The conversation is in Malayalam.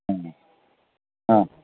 ആ ആ